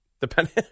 Depending